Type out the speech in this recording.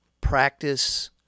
practice